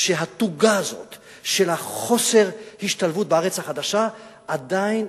שהתוגה הזאת של חוסר ההשתלבות בארץ החדשה עדיין